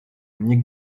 nie